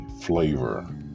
flavor